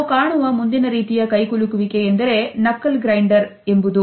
ನಾವು ಕಾಣುವ ಮುಂದಿನ ರೀತಿಯ ಕೈಕುಲುಕುವಿಕೆ ಎಂದರೆ Knuckle grinder ಎಂಬುದು